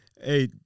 hey